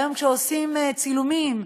היום כשעושים צילומים,